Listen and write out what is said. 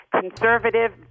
conservative